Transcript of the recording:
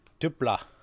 dupla